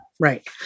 Right